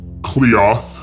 Cleoth